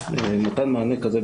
מתן מענה כזה,